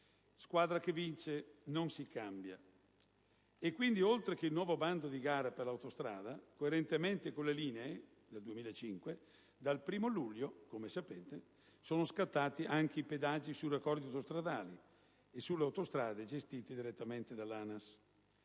«Squadra che vince non si cambia» e quindi, oltre che il nuovo bando di gara per l'autostrada del Brennero, coerentemente con le linee del 2005, dal 1° luglio, come sapete, sono scattati anche i pedaggi sui raccordi autostradali e sulle autostrade gestite direttamente dall'ANAS,